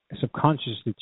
subconsciously